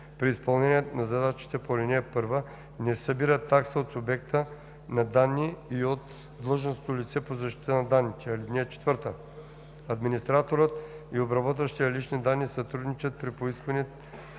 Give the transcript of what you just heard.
При изпълнението на задачите по ал. 1 не се събира такса от субекта на данни и от длъжностното лице по защита на данните. (4) Администраторът и обработващият лични данни сътрудничат при поискване